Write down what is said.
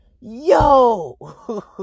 yo